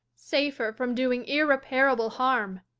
safer from doing irreparable harm.